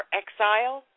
exile